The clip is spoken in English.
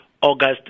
August